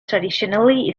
traditionally